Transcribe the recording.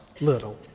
little